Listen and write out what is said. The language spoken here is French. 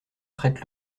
prête